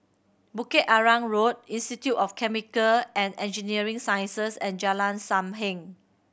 Bukit Arang Road Institute of Chemical and Engineering Sciences and Jalan Sam Heng